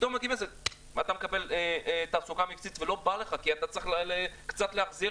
פתאום אתה מקבל תעסוקה מבצעית ולא בא לך כי אתה צריך קצת להחזיר